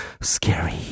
Scary